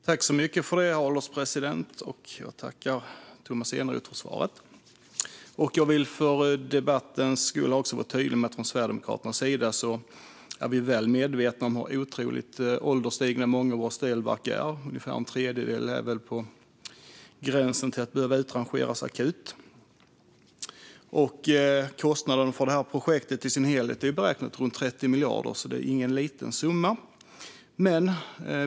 Herr ålderspresident! Jag tackar Tomas Eneroth för svaret. Jag vill för debattens skull vara tydlig med att Sverigedemokraterna är väl medvetna om hur ålderstigna många av Sveriges ställverk är. Ungefär en tredjedel är väl på gränsen till att behöva utrangeras akut. Kostnaderna för detta projekt i sin helhet är beräknat till 30 miljarder, så det är ingen liten summa.